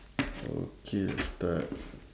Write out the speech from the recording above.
okay start